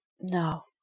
No